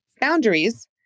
boundaries